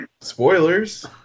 Spoilers